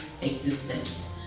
existence